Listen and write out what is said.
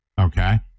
Okay